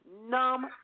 numb